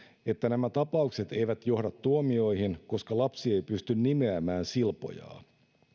että nämä tapaukset eivät johda tuomioihin koska lapsi ei pysty nimeämään silpojaa